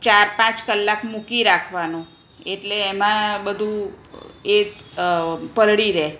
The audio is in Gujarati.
ચાર પાંચ કલાક મૂકી રાખવાનું એટલે એમાં બધું એ પલળી રહે